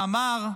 ואמר: